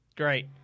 Great